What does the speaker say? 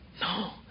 No